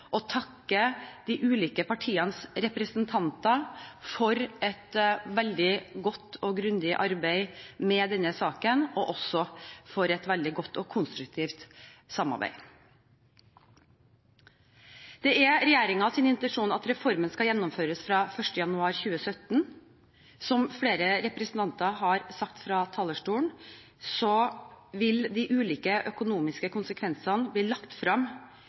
de ulike partienes representanter for et veldig godt og grundig arbeid med denne saken og også for et veldig godt og konstruktivt samarbeid. Det er regjeringens intensjon at reformen skal gjennomføres fra 1. januar 2017. Som flere representanter har sagt fra talerstolen, så vil de ulike økonomiske konsekvensene bli lagt